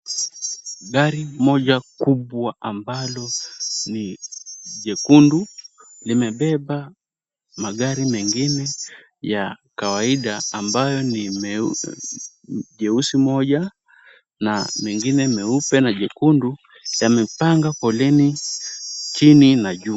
Gari moja kubwa ambalo ni jekundu limebeba magari mengine ya kawaida amabyo ni jeusi moja na mengine meupe na jekundu, yamepanga foleni chini na juu.